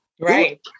right